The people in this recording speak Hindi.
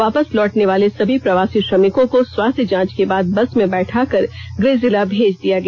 वापस लौटने वाले सभी प्रवासी श्रमिकों को स्वास्थ्य जांच के बाद बस में बैठाकर गृह जिला भेज दिया गया